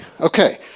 Okay